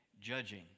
judging